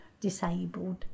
disabled